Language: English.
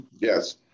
Yes